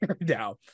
now